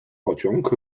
pociąg